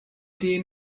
dem